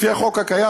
לפי החוק הקיים,